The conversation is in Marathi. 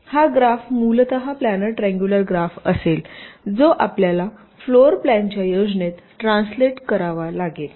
तर हा ग्राफ मूलत प्लानर ट्रिअंगुलर ग्राफ असेल जो आपल्याला फ्लोर प्लॅनच्या योजनेत ट्रान्सलेट करावा लागेल